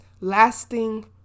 lasting